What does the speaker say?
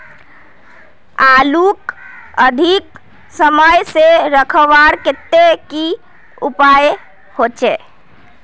आलूक अधिक समय से रखवार केते की उपाय होचे?